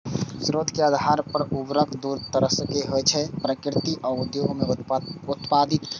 स्रोत के आधार पर उर्वरक दू तरहक होइ छै, प्राकृतिक आ उद्योग मे उत्पादित